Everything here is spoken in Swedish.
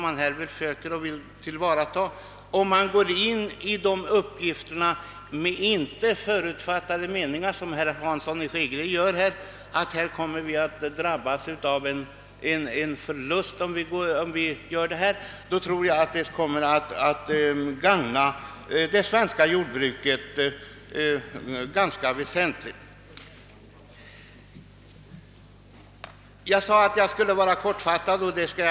Men om man inte har den förutfattade mening som herr Hansson har — han anser ju att vi kommer att förlora på den föreslagna omorganisationen — så tror jag att omläggningen kommer att bli till gagn både för jordbrukarna och för staten.